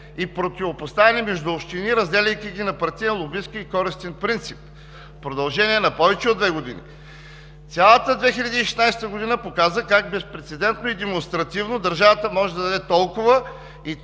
и противопоставяне между общини, разделяйки ги на партиен, лобистки и користен принцип в продължение на повече от две години. Цялата 2016 г. показа как безпрецедентно и демонстративно държавата може да даде толкова и на